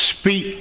speak